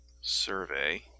survey